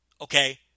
Okay